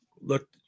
look